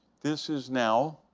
this is now,